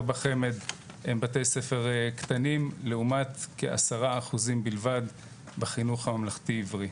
בחמ"ד הם בתי ספר קטנים לעומת כ-10% בלבד בחינוך הממלכתי עברי.